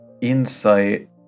insight